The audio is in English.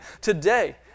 today